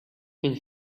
and